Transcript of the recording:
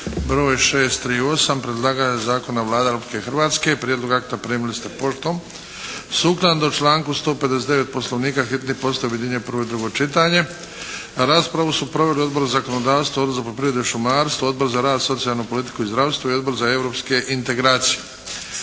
br. 638 Predlagatelj zakona Vlada Republike Hrvatske. Prijedlog akta primili ste poštom. Sukladno članku 159. Poslovnika, hitni postupak, objedinjenje prvo i drugo čitanje. Raspravu su proveli Odbor za zakonodavstvo, Odbor za poljoprivredu i šumarstvo, Odbor za rad, socijalnu politiku i zdravstvo i Odbor za europske integracije.